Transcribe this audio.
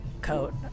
coat